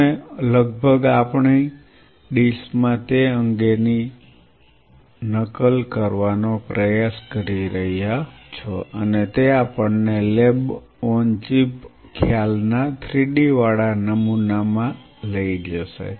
તમે લગભગ આપણી ડીશમાં તે અંગની નકલ કરવાનો પ્રયાસ કરી રહ્યા છો અને તે આપણને લેબ ઓન ચિપ ખ્યાલ ના 3D વાળા નુમુનામા લઈ જશે